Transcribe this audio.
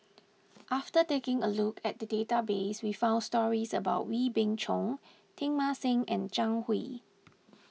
after taking a look at the database we found stories about Wee Beng Chong Teng Mah Seng and Zhang Hui